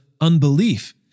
unbelief